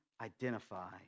identify